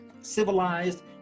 civilized